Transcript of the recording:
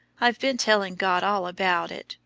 i've been telling god all about it.